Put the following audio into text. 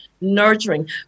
nurturing